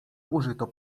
użyto